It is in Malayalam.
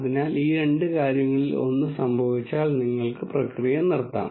അതിനാൽ ഈ രണ്ട് കാര്യങ്ങളിൽ ഒന്ന് സംഭവിച്ചാൽ നിങ്ങൾക്ക് പ്രക്രിയ നിർത്താം